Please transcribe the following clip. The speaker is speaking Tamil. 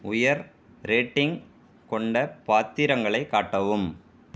உயர் ரேட்டிங் கொண்ட பாத்திரங்களை காட்டவும்